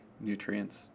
nutrients